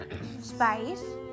spice